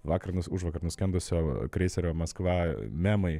vakar užvakar nuskendusio kreiserio maskva memai